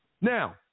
Now